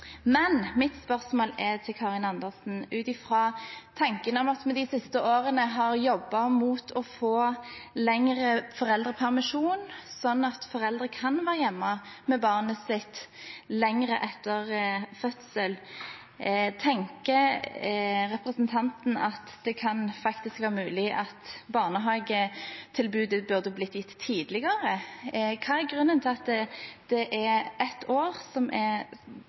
men mitt spørsmål til Karin Andersen er, ut ifra tanken om at vi de siste årene har jobbet for å få lengre foreldrepermisjon, sånn at foreldre kan være hjemme med barnet sitt lenger etter fødsel, tenker representanten Andersen at det faktisk kan være mulig at barnehagetilbudet burde blitt gitt tidligere? Hva er grunnen til at det er 1 år som nødvendigvis er det eneste riktige? Og er